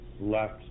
left